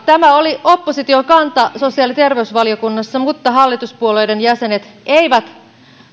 tämä oli opposition kanta sosiaali ja terveysvaliokunnassa mutta hallituspuolueiden jäsenet eivät